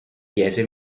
chiese